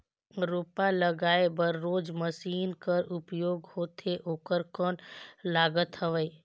रोपा लगाय बर जोन मशीन कर उपयोग होथे ओकर कौन लागत हवय?